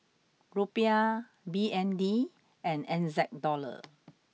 Rupiah B N D and N Z dollar